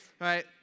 right